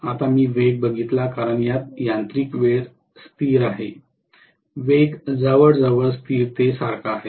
आता मी वेग बघितला कारण यात यांत्रिक वेळ स्थिर आहे वेग जवळजवळ स्थिरतेसारखा आहे